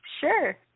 Sure